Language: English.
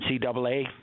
NCAA